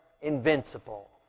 invincible